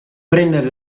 prendere